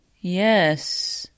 Yes